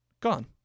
Gone